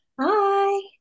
Hi